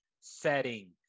setting